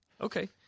Okay